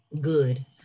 good